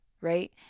Right